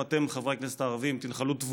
השיח הוא בין יהודים, ואתם, הערבים, מחוצה לו.